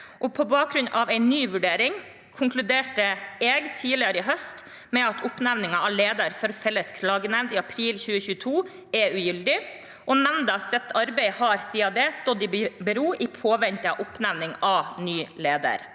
På bakgrunn av en ny vurdering konkluderte jeg tidligere i høst med at oppnevningen av leder for Felles klagenemnd i april 2022 er ugyldig, og nemndas arbeid har siden da stått i bero i påvente av oppnevning av ny leder.